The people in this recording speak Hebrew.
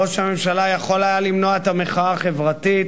ראש הממשלה יכול היה למנוע את המחאה החברתית.